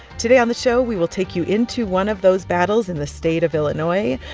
today on the show, we will take you into one of those battles in the state of illinois,